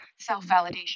self-validation